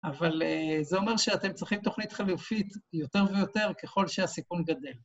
אבל זה אומר שאתם צריכים תוכנית חליפית יותר ויותר ככל שהסיכון גדל.